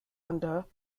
under